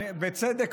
בצדק,